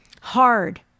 hard